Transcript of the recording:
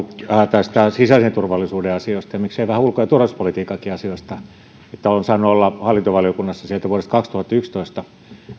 kun puhutaan sisäisen turvallisuuden asioista miksei vähän ulko ja turvallisuuspolitiikankin asioista että olen saanut olla hallintovaliokunnassa vuodesta kaksituhattayksitoista